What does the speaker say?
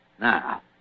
Now